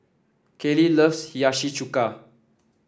Kalie loves Hiyashi Chuka